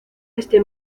este